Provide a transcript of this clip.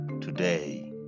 today